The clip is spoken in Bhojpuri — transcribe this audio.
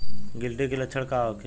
गिलटी के लक्षण का होखे?